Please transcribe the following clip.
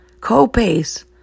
co-pays